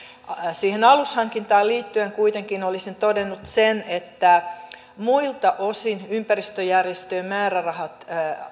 siihen alushankintaan liittyen kuitenkin olisin todennut sen että muilta osin ympäristöjärjestöjen määrärahat